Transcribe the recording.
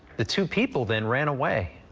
the two people then ran away.